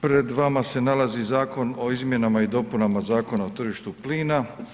Pred vama se nalazi Zakon o izmjenama i dopunama Zakona o tržištu plina.